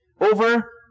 Over